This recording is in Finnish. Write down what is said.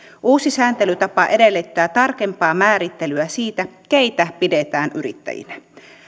uusi sääntelytapa edellyttää tarkempaa määrittelyä siitä keitä pidetään yrittäjinä